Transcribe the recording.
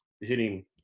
hitting